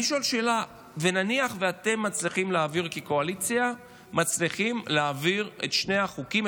אני שואל שאלה: נניח שאתם מצליחים כקואליציה להעביר את שני החוקים,